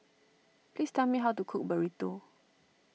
please tell me how to cook Burrito